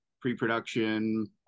pre-production